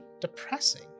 depressing